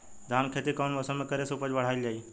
धान के खेती कौन मौसम में करे से उपज बढ़ाईल जाई?